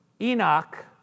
Enoch